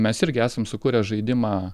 mes irgi esam sukūrę žaidimą